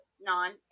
non